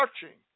searching